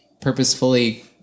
purposefully